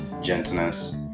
gentleness